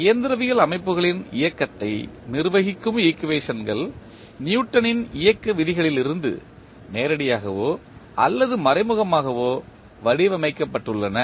இயந்திரவியல் அமைப்புகளின் இயக்கத்தை நிர்வகிக்கும் ஈக்குவேஷன்கள் நியூட்டனின் இயக்க விதிகளிலிருந்து நேரடியாகவோ அல்லது மறைமுகமாகவோ வடிவமைக்கப்பட்டுள்ளன